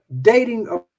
dating